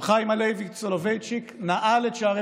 רבי חיים הלוי סולובייצ'יק נעל את שערי